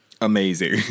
amazing